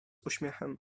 uśmiechem